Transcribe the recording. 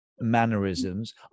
mannerisms